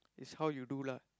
is how you do lah